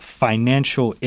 financial